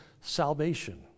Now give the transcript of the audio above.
salvation